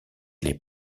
les